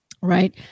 Right